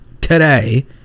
today